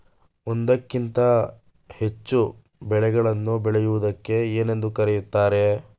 ಒಂದಕ್ಕಿಂತ ಹೆಚ್ಚು ಬೆಳೆಗಳನ್ನು ಬೆಳೆಯುವುದಕ್ಕೆ ಏನೆಂದು ಕರೆಯುತ್ತಾರೆ?